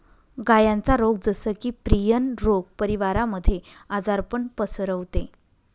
गायांचा रोग जस की, प्रियन रोग परिवारामध्ये आजारपण पसरवते